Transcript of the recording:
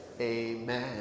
amen